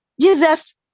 Jesus